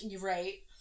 Right